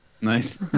Nice